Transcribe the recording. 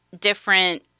different